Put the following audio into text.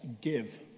give